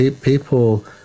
people